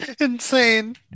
insane